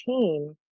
team